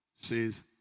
says